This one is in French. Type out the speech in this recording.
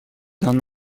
d’un